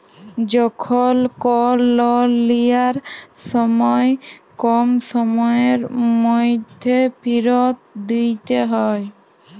যখল কল লল লিয়ার সময় কম সময়ের ম্যধে ফিরত দিইতে হ্যয়